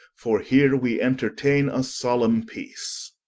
for heere we entertaine a solemne peace.